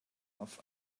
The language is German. auf